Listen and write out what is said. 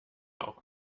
auch